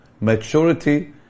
maturity